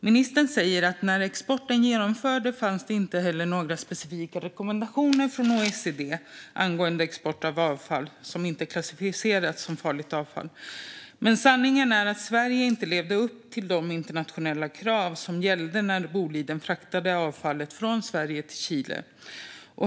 Ministern sa att när exporten genomfördes fanns inte heller några specifika rekommendationer från OECD angående export av avfall som inte klassificerats som farligt avfall. Men sanningen är att Sverige inte levde upp till de internationella krav som gällde när Boliden fraktade avfallet från Sverige till Chile.